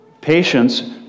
Patience